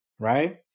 right